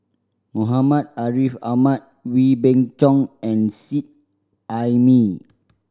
Muhammad Ariff Ahmad Wee Beng Chong and Seet Ai Mee